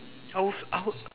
I w~ s~ out